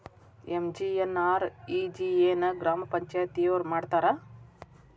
MGNREGA ನ ಗ್ರಾಮ ಪಂಚಾಯತಿಯೊರ ಮಾಡ್ತಾರಾ?